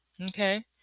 Okay